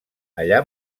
allà